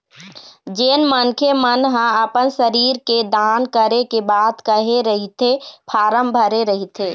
जेन मनखे मन ह अपन शरीर के दान करे के बात कहे रहिथे फारम भरे रहिथे